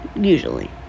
Usually